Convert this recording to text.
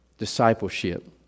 discipleship